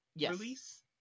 release